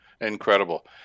Incredible